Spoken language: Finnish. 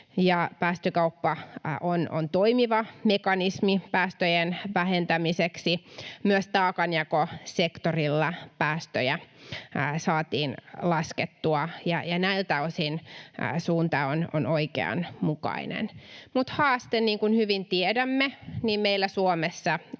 päästökauppa on toimiva mekanismi päästöjen vähentämiseksi. Myös taakanjakosektorilla päästöjä saatiin laskettua. Näiltä osin suunta on oikeanmukainen. Mutta haaste, niin kuin hyvin tiedämme, meillä Suomessa